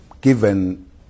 given